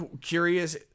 curious